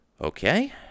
Okay